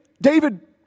David